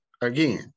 Again